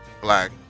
Black